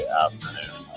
afternoon